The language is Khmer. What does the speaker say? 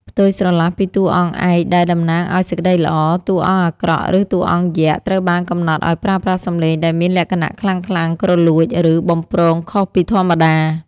ផ្ទុយស្រឡះពីតួអង្គឯកដែលតំណាងឱ្យសេចក្តីល្អ តួអង្គអាក្រក់ ឬតួអង្គយក្ស ត្រូវបានកំណត់ឱ្យប្រើប្រាស់សំឡេងដែលមានលក្ខណៈខ្លាំងៗ គ្រលួច ឬបំព្រងខុសពីធម្មតា។